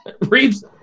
Reeves